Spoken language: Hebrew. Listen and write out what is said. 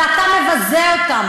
ואתה מבזה אותם,